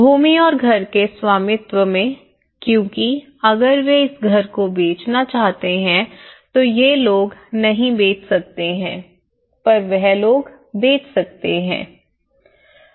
भूमि और घर के स्वामित्व में क्योंकि अगर वे इस घर को बेचना चाहते हैं तो ये लोग नहीं बेच सकते हैं पर वह लोग बेच सकते हैं